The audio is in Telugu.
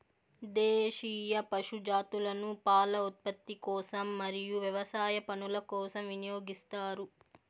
దేశీయ పశు జాతులను పాల ఉత్పత్తి కోసం మరియు వ్యవసాయ పనుల కోసం వినియోగిస్తారు